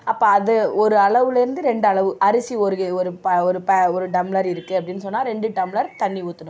அப்போ அது ஒரு அளவுலேருந்து ரெண்டு அளவு அரிசி ஒரு கை ஒரு ப ஒரு ப ஒரு டம்ளர் இருக்குது அப்படின்னு சொன்னால் ரெண்டு டம்ளர் தண்ணி ஊற்றணும்